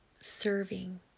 serving